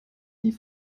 die